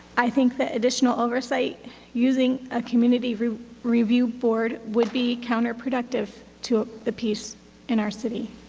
i think that additional oversight using a community review board would be counter-productive to the peace in our city.